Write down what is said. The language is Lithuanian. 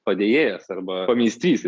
padėjėjas arba pavyzdys